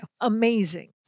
Amazing